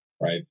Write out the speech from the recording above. right